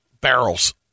barrels